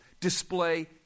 display